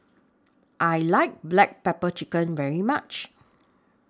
I like Black Pepper Chicken very much